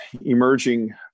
emerging